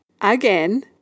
again